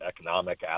economic